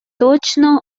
точно